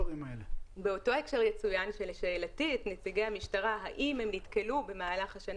באותו הקשר יצוין שלשאלתי את נציגי המשטרה האם הם נתקלו במהלך השנה